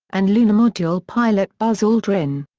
and lunar module pilot buzz aldrin.